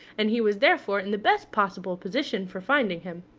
and he was therefore in the best possible position for finding him.